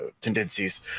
tendencies